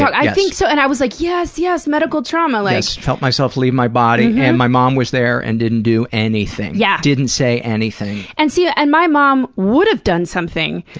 i think so, and i was like, yes, yes, medical trauma, like. yes, felt myself leave my body and my mom was there and didn't do anything. yeah didn't say anything. and see yeah and my mom would've done something,